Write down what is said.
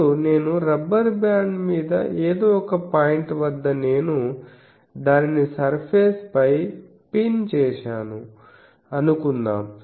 ఇప్పుడు నేను rubber band మీద ఏదో ఒక పాయింట్ వద్ద నేను దానిని సర్ఫేస్ పై పిన్ చేశాను అనుకుందాం